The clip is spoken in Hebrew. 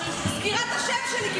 מזכירה את השם שלי,